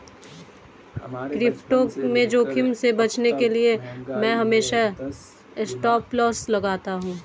crypto में जोखिम से बचने के लिए मैं हमेशा स्टॉपलॉस लगाता हूं